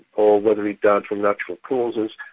or whether he'd died from natural causes.